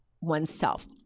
oneself